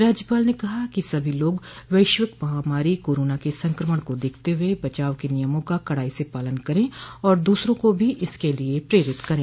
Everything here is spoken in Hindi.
राज्यपाल ने कहा है कि सभी लोग वैश्विक महामारी कोरोना के संक्रमण को देखते हुए बचाव के नियमों का कड़ाई से पालन करे और दूसरों को भी इसके लिये प्रेरित करे